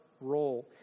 role